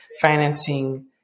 Financing